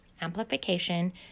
amplification